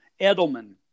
Edelman